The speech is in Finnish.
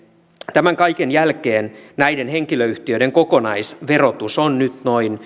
tämän kaiken jälkeen näiden henkilöyhtiöiden kokonaisverotus on nyt